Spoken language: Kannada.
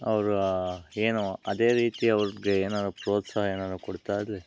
ಅವರು ಆ ಏನು ಅದೇ ರೀತಿ ಅವ್ರಿಗೆ ಏನಾದ್ರು ಪ್ರೋತ್ಸಾಹ ಏನಾದ್ರು ಕೊಡ್ತಾಯಿದ್ದರೆ